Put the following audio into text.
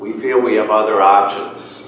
we feel we have other options